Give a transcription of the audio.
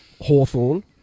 Hawthorne